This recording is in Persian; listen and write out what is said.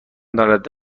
دارد